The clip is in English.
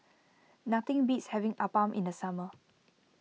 nothing beats having Appam in the summer